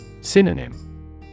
Synonym